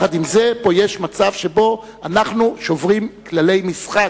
עם זה, פה יש מצב שאנחנו שוברים כללי משחק.